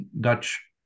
Dutch